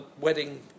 wedding